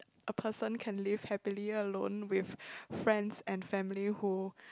a person can live happily alone with friends and family who